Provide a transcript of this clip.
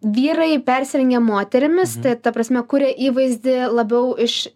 vyrai persirengia moterimis tai ta prasme kuria įvaizdį labiau iš